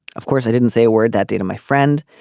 of course i didn't say a word that day to my friend.